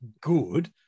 good